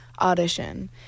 audition